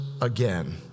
again